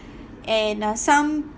and uh some